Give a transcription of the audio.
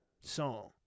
song